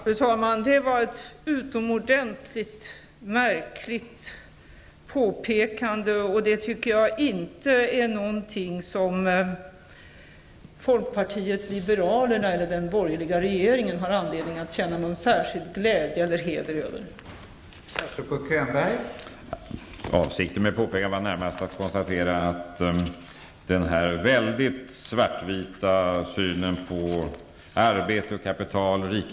Fru talman! Det var ett utomordentligt märkligt påpekande. Jag tycker inte att detta är något som folkpartiet liberalerna eller den borgerliga regeringen har anledning att känna någon särskild glädje över eller heder av.